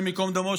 השם ייקום דמו,